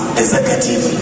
executive